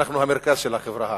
אנחנו המרכז של החברה הערבית,